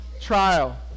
trial